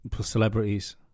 celebrities